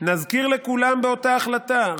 נזכיר לכולם שבאותה החלטה,